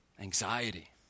anxiety